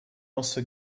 also